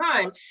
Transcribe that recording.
time